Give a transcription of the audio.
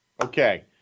Okay